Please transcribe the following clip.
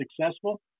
successful